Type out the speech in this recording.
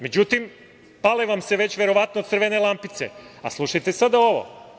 Međutim, pale vam se već verovatno crvene lampice, a slušajte sada ovo.